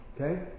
okay